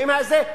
ואם הזה,